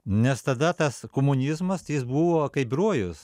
nes tada tas komunizmas tai jis buvo kaip rojus